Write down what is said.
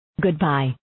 Goodbye